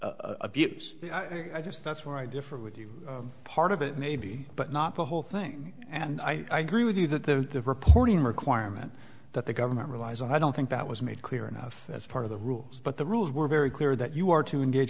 abuse i just that's where i differ with you part of it maybe but not the whole thing and i gree with you that the reporting requirement that the government relies on i don't think that was made clear enough as part of the rules but the rules were very clear that you are to engage